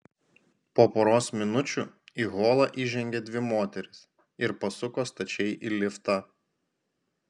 po poros minučių į holą įžengė dvi moterys ir pasuko stačiai į liftą